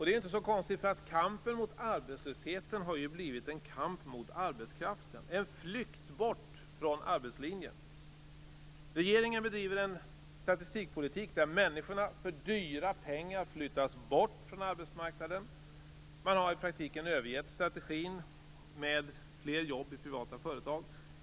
Det är inte så konstigt att kampen mot arbetslösheten har blivit en kamp mot arbetskraften - en flykt bort från arbetslinjen. Regeringen driver en statistikpolitik, där människorna för dyra pengar flyttas bort från arbetsmarknaden. Man har i praktiken övergett strategin med fler jobb i privata företag.